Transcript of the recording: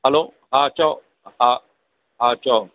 हलो हा चओ हा हा चओ